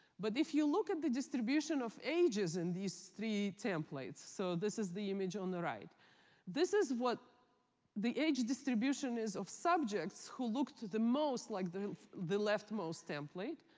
but if you look at the distribution of ages in these three templates so, this is the image on the right this is what the age distribution is of subjects who looked the most like the the leftmost template.